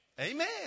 Amen